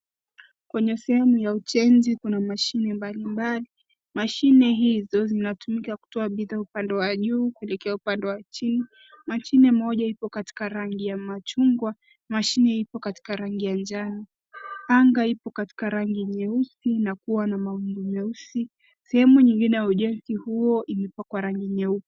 Kwenye sehemu ya ujenzi kuna mashine mbalimbali. Mashine hizo zinatumika kutoa bithaa upande wa juu kuelekea upande wa chini. Mashine moja ipo katika rangi ya machungwa, mashine ipo katika rangi ya njano. Anga ipo katika rangi nyeusi na kuwa na mawingu meusi. Sehemu nyingine ya ujenzi huo ilipakwa rangi nyeupe.